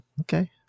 Okay